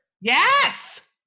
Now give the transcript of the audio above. Yes